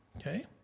Okay